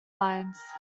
lines